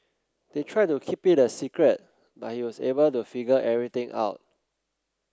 they tried to keep it a secret but he was able to figure everything out